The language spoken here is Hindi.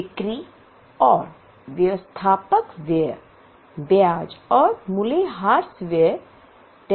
बिक्री और व्यवस्थापक व्यय ब्याज और मूल्यह्रास व्यय हैं